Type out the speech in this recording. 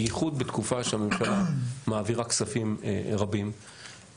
בייחוד בתקופה שהממשלה מעבירה כספים רבים,